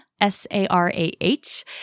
S-A-R-A-H